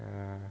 um